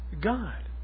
God